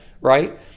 right